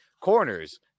corners